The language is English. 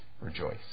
rejoice